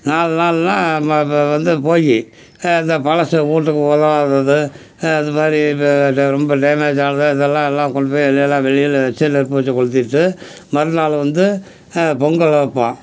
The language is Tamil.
நாலு நாள்னால் வந்து போகி இந்த பழசு வீட்டுக்கு உதவாதது அது மாதிரி இப்போ ரொம்ப டேமேஜ் ஆனது இதெல்லாம் எல்லாம் கொண்டு போய் வெ எல்லாம் வெளியில் வச்சு நெருப்பு வைச்சு கொளுத்திவிட்டு மறுநாள் வந்து பொங்கல் வைப்போம்